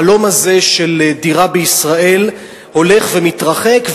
החלום הזה של דירה בישראל הולך ומתרחק,